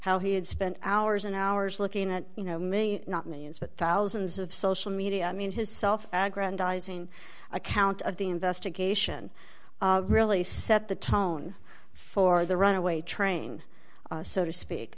how he had spent hours and hours looking at you know not millions but thousands of social media i mean his self aggrandizing account of the investigation really set the tone for the runaway train so to speak